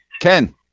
Ken